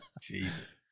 Jesus